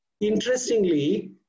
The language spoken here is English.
interestingly